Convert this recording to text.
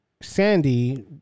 Sandy